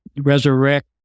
resurrect